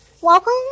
welcome